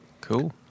cool